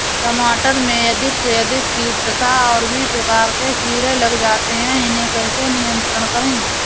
टमाटर में अधिक से अधिक कीट तथा और भी प्रकार के कीड़े लग जाते हैं इन्हें कैसे नियंत्रण करें?